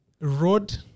Road